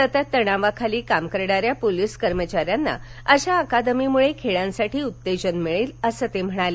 सतत तणावाखाली काम करणाऱ्या पोलीस कर्मचाऱ्यांना अशा अकादमीमुळे खेळांसाठी उत्तेजन मिळेल असंही ते म्हणाले